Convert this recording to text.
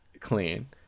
clean